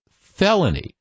felony